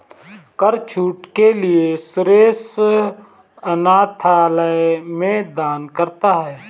कर छूट के लिए सुरेश अनाथालय में दान करता है